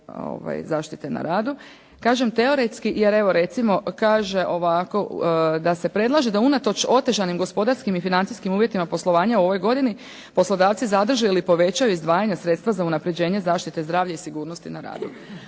zaštite na radu. Kažem teoretski jer evo recimo kaže ovako da se predlaže da unatoč otežanim gospodarskim i financijskim uvjetima poslovanja u ovoj godini poslodavci zadrže ili povećaju izdvajanje sredstva za unapređenje zaštite zdravlja i sigurnosti na radu.